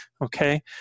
okay